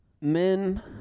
men